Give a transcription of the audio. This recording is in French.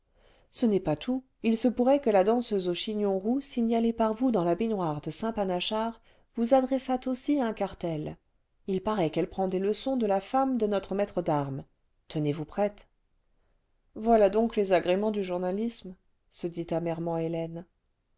ce n'est pas tout il se pourrait que la danseuse au chignon roux signalée par vous dans la baignoire de saint panachard vous adressât aussi un cartel il paraît qu'elle prend des leçons de la femme de notre maître d'armes tenez-vous prête voilà donc les agréments du journalisme se dit amèrement hélène